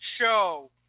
show